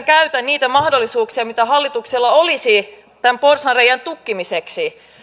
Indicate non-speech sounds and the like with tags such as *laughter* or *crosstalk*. *unintelligible* käytä niitä mahdollisuuksia mitä hallituksella olisi tämän porsaanreiän tukkimiseksi